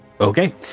Okay